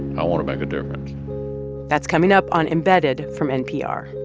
i want to make a difference that's coming up on embedded from npr